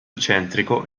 eccentrico